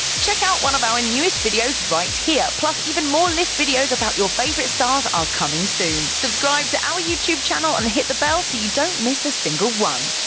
check out one of our newest videos right here! plus, even more list videos about your favorite stars are coming soon. subscribe to our youtube channel and hit the bell so you don't miss a single one.